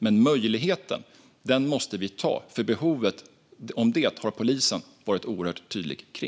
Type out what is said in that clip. Den möjligheten måste vi ta. Behovet av det har polisen varit väldigt tydlig med.